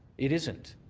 it isn't.